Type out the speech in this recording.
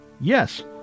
Yes